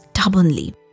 stubbornly